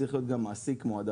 צריך להיות גם מעסיק מועדף.